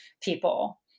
people